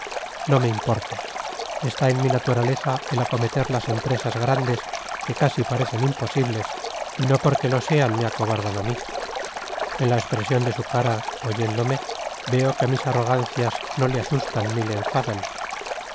no me importa está en mi naturaleza el acometer las empresas grandes que casi parecen imposibles y no porque lo sean me acobardan a mí en la expresión de su cara oyéndome veo que mis arrogancias no le asustan ni le enfadan